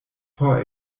por